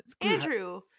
Andrew